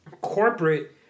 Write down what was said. corporate